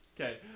Okay